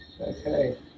Okay